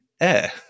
air